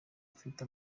afite